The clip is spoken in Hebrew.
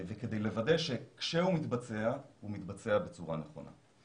וכדי לוודא שכשהוא מתבצע הוא מתבצע בצורה נכונה.